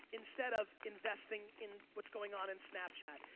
instead of investing in what's going on in snapchat,